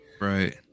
right